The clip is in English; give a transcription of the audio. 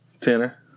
Tanner